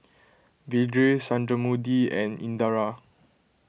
Vedre Sundramoorthy and Indira